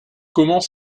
comment